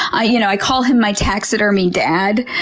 i you know i call him my taxidermy dad.